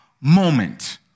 moment